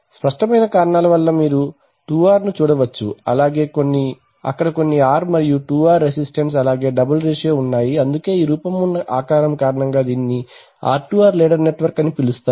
స్పష్టమైన కారణాల వల్ల మీరు 2R ను చూడవచ్చు అలాగే అక్కడ కొన్ని R మరియు 2R రెసిస్టన్స్ అలాగే డబుల్ రేషియో ఉన్నాయి అందుకే ఈ రూపం ఉన్న ఆకారం కారణంగా దీనిని R2R లాడర్ నెట్వర్క్ అని పిలుస్తారు